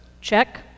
Check